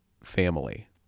family